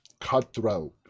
cutthroat